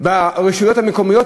נשים ברשויות המקומיות,